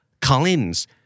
Collins